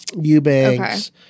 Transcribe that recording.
Eubanks